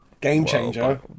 Game-changer